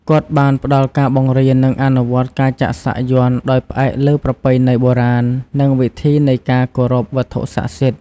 គាត់បានផ្តល់ការបង្រៀន និងអនុវត្តការចាក់សាក់យ័ន្តដោយផ្អែកលើប្រពៃណីបុរាណ និងវិធីនៃការគោរពវត្ថុសក្តិសិទ្ធ។